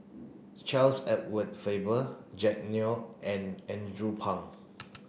Charles Edward Faber Jack Neo and Andrew Phang